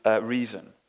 reason